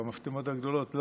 המפטמות הגדולות לא,